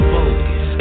Focus